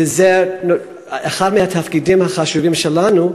וזה אחד מהתפקידים החשובים שלנו,